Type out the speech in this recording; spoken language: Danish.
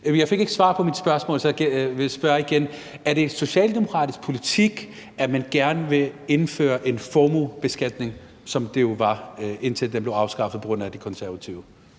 Jeg fik ikke svar på mit spørgsmål, så jeg vil spørge igen: Er det socialdemokratisk politik, at man gerne vil indføre en formuebeskatning, som det jo var, indtil den blev afskaffet på grund af De Konservative?